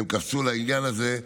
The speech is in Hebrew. הם קפצו על העניין הזה,